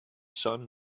sun